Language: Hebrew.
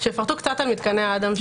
שיפרטו קצת על מתקני אד"מ שכבר עובדים.